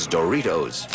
Doritos